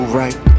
right